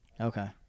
Okay